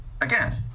Again